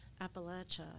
Appalachia